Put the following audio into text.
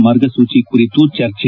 ಮಾರ್ಗಸೂಚಿ ಕುರಿತು ಚರ್ಚೆ